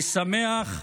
אני שמח לברך,